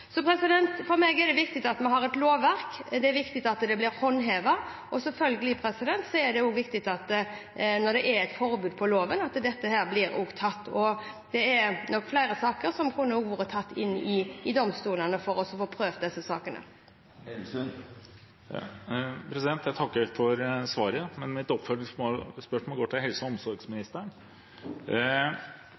For meg er det viktig at vi har et lovverk, det er viktig at det blir håndhevet, og selvfølgelig er det også viktig når det er et forbud i loven, at dette blir håndhevet. Det er nok flere saker som kunne vært tatt til domstolene for å bli prøvd. Jeg takker for svaret, men mitt oppfølgingsspørsmål går til helse- og omsorgsministeren.